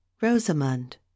Rosamund